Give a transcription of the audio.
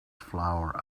flower